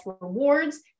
rewards